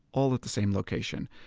all at the same location.